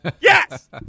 Yes